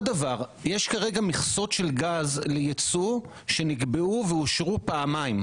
יש מכסות של גז לייצוא שנקבעו ואושרו פעמיים.